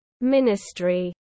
ministry